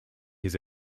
his